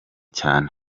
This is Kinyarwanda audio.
cyane